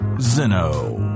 Zeno